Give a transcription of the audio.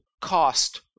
cost